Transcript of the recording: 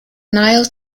nile